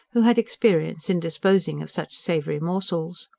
who had experience in disposing of such savoury morsels.